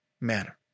manner